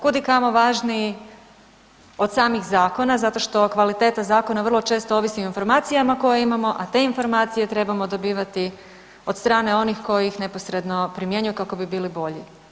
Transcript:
Kudikamo važniji od samih zakona zato što kvaliteta zakona vrlo često ovisi o informacijama koje imamo a te informacije trebamo dobivati od strane onih koji ih neposredno primjenjuju kako bi bili bolji.